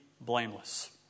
blameless